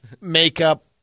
makeup